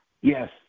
yes